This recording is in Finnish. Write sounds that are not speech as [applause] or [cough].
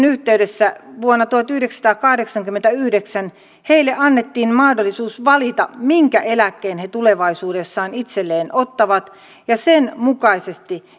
[unintelligible] yhteydessä vuonna tuhatyhdeksänsataakahdeksankymmentäyhdeksän heille annettiin mahdollisuus valita minkä eläkkeen he tulevaisuudessaan itselleen ottavat ja sen mukaisesti [unintelligible]